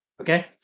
Okay